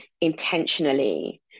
intentionally